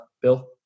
Bill